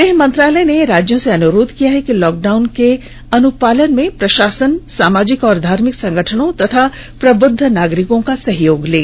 गृह मंत्रालय ने राज्यों से अनुरोध किया है कि लॉकडाउन के अनुपालन में प्रशासन सामाजिक और धार्मिक संगठनों तथा प्रबुद्ध नागरिकों का सहयोग लें